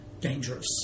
dangerous